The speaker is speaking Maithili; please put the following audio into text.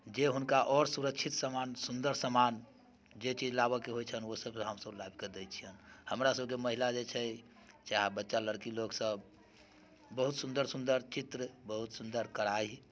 जे हुनका आओर सुरक्षित सामान सुंदर सामान जे चीज लाबऽके होइत छनि ओ सभ हम सभ लाबिके दै छिअनि हमरा सभकेँ महिला जे छै चाहे बच्चा लड़की लोक सभ बहुत सुंदर सुंदर चित्र बहुत सुंदर कढ़ाइ